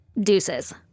deuces